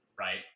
right